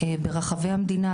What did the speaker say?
ברחבי המדינה.